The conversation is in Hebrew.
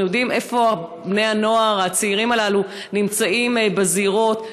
אנחנו יודעים איפה בני הנוער הצעירים הללו נמצאים בזירות,